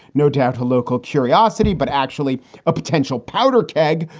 no doubt a local curiosity, but actually a potential powder keg,